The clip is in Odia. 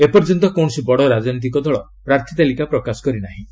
ଏପର୍ଯ୍ୟନ୍ତ କୌଣସି ବଡ଼ ରାଜନୈତିକ ଦଳ ପ୍ରାର୍ଥୀ ତାଲିକା ପ୍ରକାଶ କରିନାହିଁ